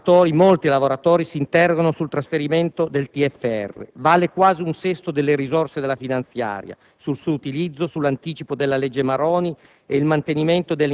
i lavoratori, molti lavoratori, si interrogano sul trasferimento del TFR (vale quasi un sesto delle risorse della finanziaria), sul suo utilizzo, sull'anticipo della legge Maroni